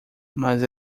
mas